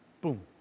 boom